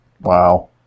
Wow